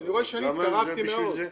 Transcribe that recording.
בשביל זה --- אני רואה שאני התקרבתי מאוד.